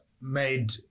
made